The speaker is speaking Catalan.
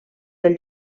del